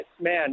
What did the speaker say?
man